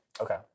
Okay